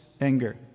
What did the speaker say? anger